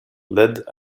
led